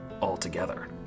altogether